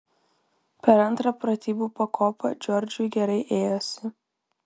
per antrą pratybų pakopą džordžui gerai ėjosi